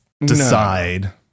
decide